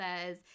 says